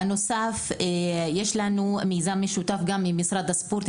בנוסף יש לנו פיילוט של מיזם משותף גם עם משרד הספורט,